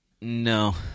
No